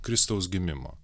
kristaus gimimo